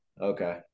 okay